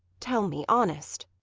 tell me, honest?